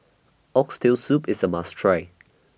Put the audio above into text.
Oxtail Soup IS A must Try